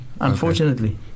Unfortunately